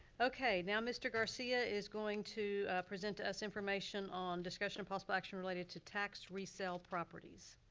okay now mr. garcia is going to present to us information on discussion and possible action related to tax resale properties.